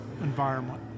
environment